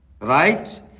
right